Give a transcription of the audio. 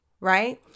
right